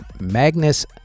Magnus